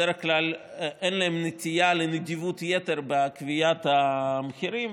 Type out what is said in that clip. בדרך כלל אין להם נטייה לנדיבות יתר בקביעת המחירים.